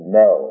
no